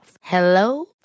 Hello